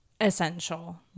essential